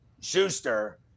Schuster